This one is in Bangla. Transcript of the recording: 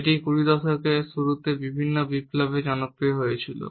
এটি 20 শতকের শুরুতে বিভিন্ন বিপ্লবে জনপ্রিয় হয়েছিল